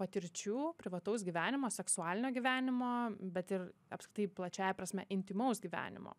patirčių privataus gyvenimo seksualinio gyvenimo bet ir apskritai plačiąja prasme intymaus gyvenimo